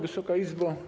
Wysoka Izbo!